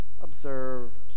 observed